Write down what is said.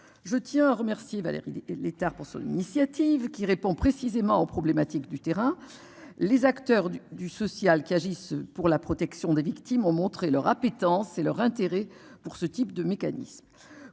je tiens à remercier Valérie Létard pour son initiative qui répond précisément aux problématiques du terrain, les acteurs du du social qui agissent pour la protection des victimes, ont montré leur appétence c'est leur intérêt pour ce type de mécanisme